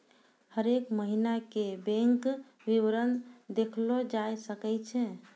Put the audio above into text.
हरेक महिना के बैंक विबरण देखलो जाय सकै छै